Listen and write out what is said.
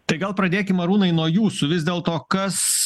tai gal pradėkim arūnui nuo jūsų vis dėl to kas